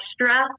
extra